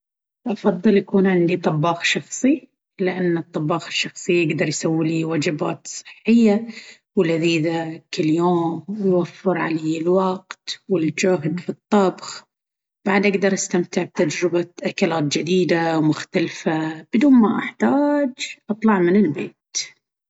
أفضل يكون عندي طباخ شخصي. لأن الطباخ الشخصي يقدر يسوي لي وجبات صحية ولذيذة كل يوم، ويوفر علي الوقت والجهد في الطبخ. بعد، أقدر أستمتع بتجربة أكلات جديدة ومختلفة بدون ما أحتاج أطلع من البيت.